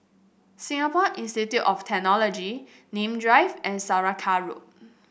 Singapore Institute of Technology Nim Drive and Saraca Road